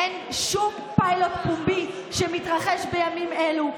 אין שום פיילוט פומבי שמתרחש בימים אלו.